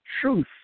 Truth